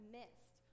missed